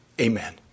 amen